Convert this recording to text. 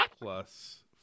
plus